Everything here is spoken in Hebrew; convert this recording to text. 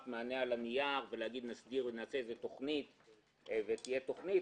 מענה על הנייר ולהגיד "נסדיר ונעשה איזו תוכנית ותהיה תוכנית".